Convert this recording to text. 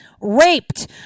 raped